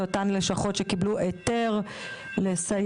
אלו אותן לשכות שקיבלו היתר לסייע